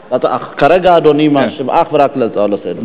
כרגע אדוני משיב אך ורק על ההצעות לסדר-היום.